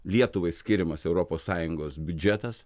lietuvai skiriamas europos sąjungos biudžetas